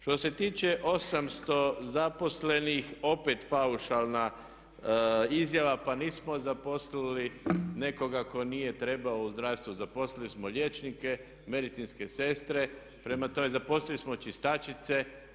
Što se tiče 800 zaposlenih opet paušalna izjava, pa nismo zaposlili nekoga tko nije trebao u zdravstvu, zaposlili smo liječnike, medicinske sestre, zaposlili smo čistačice.